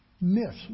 myths